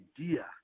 idea